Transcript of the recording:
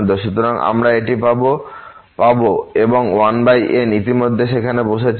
সুতরাং আমরা এটি পাব এবং 1n ইতিমধ্যে সেখানে বসে ছিল